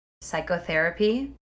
psychotherapy